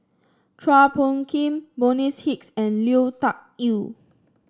Chua Phung Kim Bonny's Hicks and Lui Tuck Yew